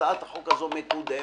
הצעת החוק הזאת מקודמת.